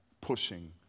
pushing